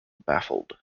baffled